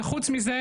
וחוץ מזה,